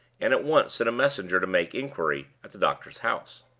and at once sent a messenger to make inquiry, at the doctor's house.